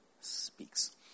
speaks